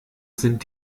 sind